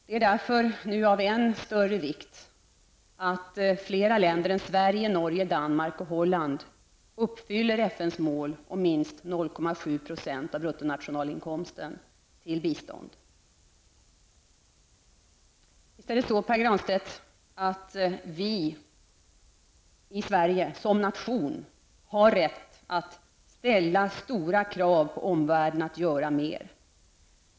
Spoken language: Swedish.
Det är därför nu av än större vikt att flera länder än Sverige, Norge, Danmark och Holland uppfyller FNs mål om minst 0,7 % av bruttonationalinkomsten till bistånd. Visst är det så, Pär Granstedt, att Sverige som nation har rätt att ställa stora krav på att omvärlden skall göra mera.